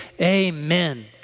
amen